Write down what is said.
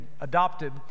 adopted